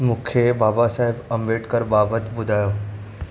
मूंखे बाबा साहिब अम्बेडकर बाबति ॿुधायो